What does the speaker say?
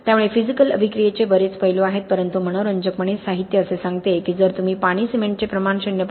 त्यामुळे फिजिकल अभिक्रियेचे बरेच पैलू आहेत परंतु मनोरंजकपणे साहित्य असे सांगते की जर तुम्ही पाणी सिमेंटचे प्रमाण 0